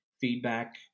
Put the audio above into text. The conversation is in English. feedback